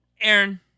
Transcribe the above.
Aaron